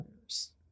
others